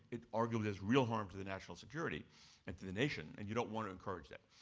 it arguably has real harm to the national security and to the nation, and you don't want to encourage that.